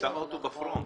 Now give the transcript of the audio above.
ושמה אותו בפרונט.